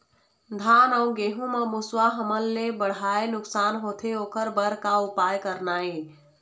धान अउ गेहूं म मुसवा हमन ले बड़हाए नुकसान होथे ओकर बर का उपाय करना ये?